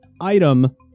item